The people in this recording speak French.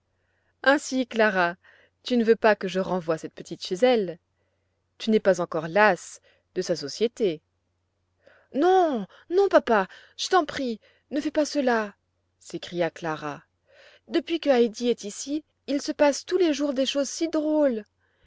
ainsi clara tu ne veux pas que je renvoie cette petite chez elle tu n'es pas encore lasse de sa société non non papa je t'en prie ne fais pas cela s'écria clara depuis que heidi est ici il se passe tous les jours des choses si drôles